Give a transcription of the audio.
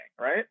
right